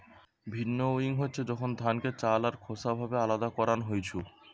ভিন্নউইং হচ্ছে যখন ধানকে চাল আর খোসা ভাবে আলদা করান হইছু